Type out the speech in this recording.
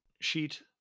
sheet